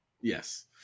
yes